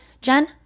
Jen